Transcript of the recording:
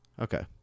Okay